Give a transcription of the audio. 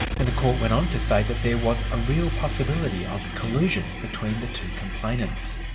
and the court went on to say that there was a real possibility of collusion between the two complainants.